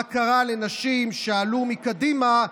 מה קרה לנשים שעלו מקדימה,